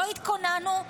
לא התכוננו,